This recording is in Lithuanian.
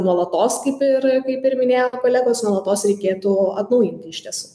nuolatos kaip ir kaip ir minėjo kolegos nuolatos reikėtų atnaujinti iš tiesų